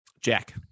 Jack